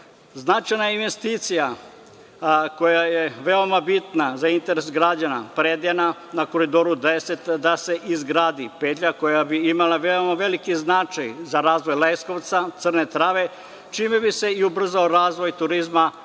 Značajna investicija koja je veoma bitna za interes građana Predejana na Koridoru 10 da se izgradi petlja koja bi imala veoma veliki značaj za razvoj Leskovca, Crne Trave, čime bi se i ubrzao razvoj turizma na